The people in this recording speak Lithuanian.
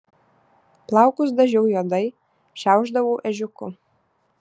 plaukus dažiau juodai šiaušdavau ežiuku